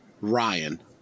Ryan